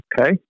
Okay